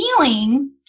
feeling